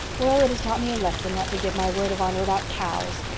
well, it has taught me a lesson not to give my word of honor about cows.